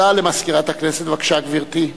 הודעה למזכירת הכנסת, בבקשה, גברתי.